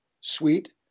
sweet